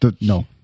no